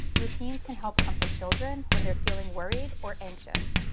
routines can help comfort children when they're feeling worried or anxious.